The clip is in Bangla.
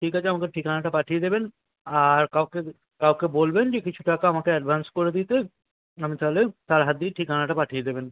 ঠিক আছে আমাকে ঠিকানাটা পাঠিয়ে দেবেন আর কাউকে কাউকে বলবেন যে কিছু টাকা আমাকে অ্যাডভান্স করে দিতে আমি তাহলে তাঁর হাত দিয়ে ঠিকানাটা পাঠিয়ে দেবেন